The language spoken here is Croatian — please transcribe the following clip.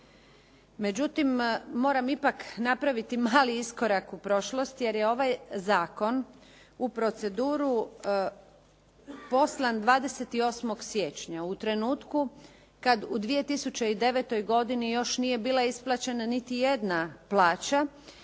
Međutim, moram ipak napraviti mali iskorak u prošlost jer je ovaj zakon u proceduru poslan 28. siječnja u trenutku kad u 2009. godini još nije bila isplaćena niti jedna plaća